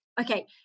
Okay